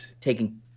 taking